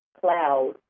cloud